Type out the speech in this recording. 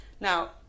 Now